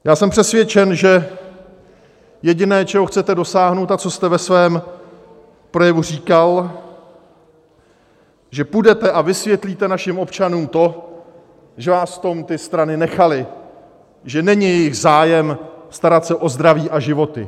Já jsem přesvědčen, že jediné, čeho chcete dosáhnout, a co jste ve svém projevu říkal, že půjdete a vysvětlíte našim občanům to, že vás v tom ty strany nechaly, že není jejich zájem starat se o zdraví a životy.